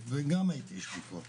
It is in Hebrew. גם הייתי איש ביקורת,